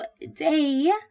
today